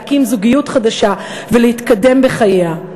להקים זוגיות חדשה ולהתקדם בחייה.